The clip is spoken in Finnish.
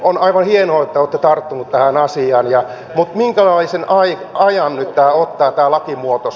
on aivan hienoa että olette tarttunut tähän asiaan mutta minkälaisen ajan nyt ottaa tämä lakimuutos